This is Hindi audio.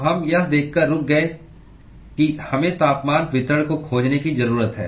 तो हम यह देखकर रुक गए कि हमें तापमान वितरण को खोजने की जरूरत है